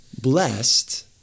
blessed